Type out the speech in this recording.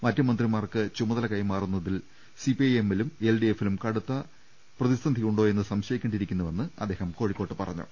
മറ്റ് മന്ത്രിമാർക്ക് ചുമതല കൈമാറുന്നതിൽ സിപി ഐഎമ്മിലും എൽഡിഎഫിലും കടുത്ത ആഭ്യന്തര പ്രതിസന്ധി യുണ്ടോയെന്ന് സംശയിക്കേണ്ടിയിരിക്കുന്നുവെന്നും അദ്ദേഹം കോഴിക്കോട്ട് പറഞ്ഞു